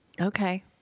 Okay